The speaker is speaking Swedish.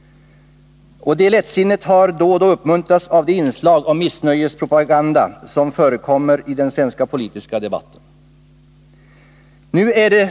Detta lättsinne har då och då uppmuntrats av de inslag av missnöjespropaganda som förekommer i den svenska politiska debatten.